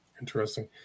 Interesting